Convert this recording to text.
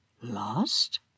Lost